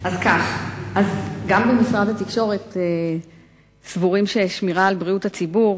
אז כך: גם במשרד התקשורת סבורים ששמירה על בריאות הציבור